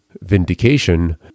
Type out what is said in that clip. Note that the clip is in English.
vindication